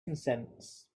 consents